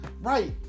Right